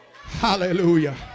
Hallelujah